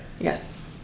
Yes